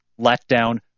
letdown